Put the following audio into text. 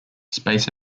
space